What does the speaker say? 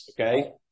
okay